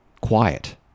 quiet